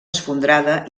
esfondrada